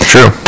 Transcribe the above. True